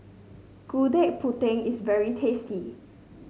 Gudeg Putih is very tasty